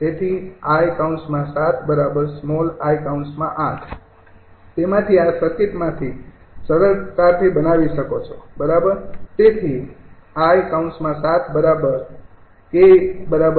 તેથી 𝐼૭𝑖૮ તેમાંથી આ સર્કિટમાંથી સરળતાથી બનાવી શકો છો બરાબર